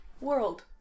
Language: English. world